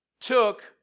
took